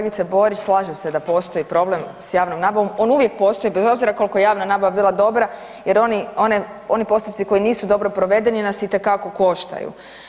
Kolegice Borić, slažem se da postoji problem s javnom nabavom, on uvijek postoji bez obzira kolko javna nabava bila dobra jer oni postupci koji nisu dobro provedeni nas itekako koštaju.